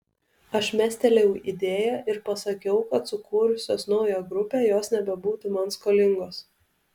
aš mestelėjau idėją ir pasakiau kad sukūrusios naują grupę jos nebebūtų man skolingos